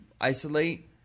isolate